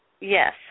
Yes